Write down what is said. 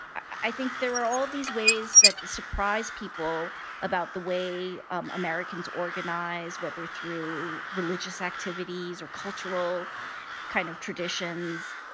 i think there were all these ways that surprise people about the way americans organize, whether through religious activities or cultural kind of traditions,